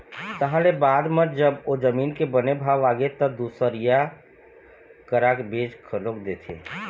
तहाँ ले बाद म जब ओ जमीन के बने भाव आगे त दुसरइया करा बेच घलोक देथे